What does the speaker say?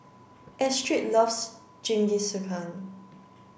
Astrid loves Jingisukan